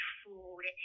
food